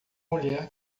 mulher